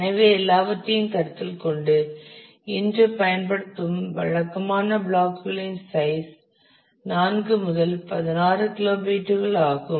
எனவே எல்லாவற்றையும் கருத்தில் கொண்டு இன்று பயன்படுத்தும் வழக்கமான பிளாக் களின் சைஸ் 4 முதல் 16 கிலோபைட்டுகள் ஆகும்